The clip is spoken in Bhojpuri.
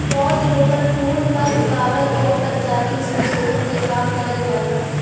पौध रोपण, फूल फल उगावल आउर परजाति संसोधन के काम करल जाला